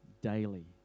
daily